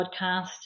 podcast